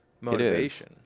motivation